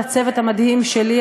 לצוות המדהים שלי,